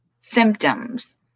symptoms